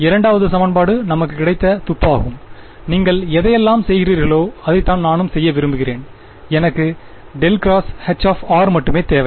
இரண்டாவது சமன்பாடு நமக்கு கிடைத்த துப்பாகும் நீங்கள் எதையெல்லாம் செய்கிறீர்களோ அதைத்தான் நானும் செய்ய விரும்புகிறேன் எனக்கு ∇×H மட்டுமே தேவை